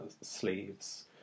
sleeves